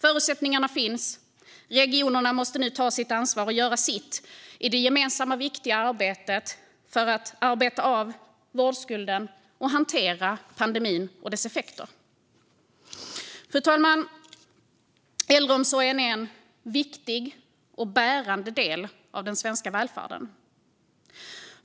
Förutsättningarna finns. Regionerna måste nu ta sitt ansvar och göra sitt i det gemensamma, viktiga arbetet med att arbeta av vårdskulden och hantera pandemin och dess effekter. Fru talman! Äldreomsorgen är en viktig och bärande del av den svenska välfärden.